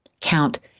Count